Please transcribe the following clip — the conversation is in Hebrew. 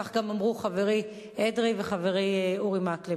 כך אמרו גם חברי אדרי וחברי אורי מקלב,